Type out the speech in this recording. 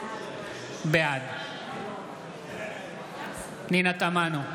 בעד פנינה תמנו,